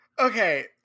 okay